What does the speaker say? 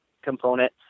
component